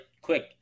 quick